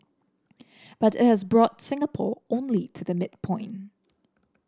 but it has brought Singapore only to the midpoint